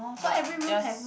but just